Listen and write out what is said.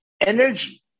Energy